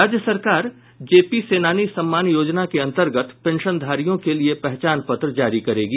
राज्य सरकार जेपी सेनानी सम्मान योजना के अंतर्गत पेंशनधारियों के लिये पहचान पत्र जारी करेगी